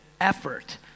effort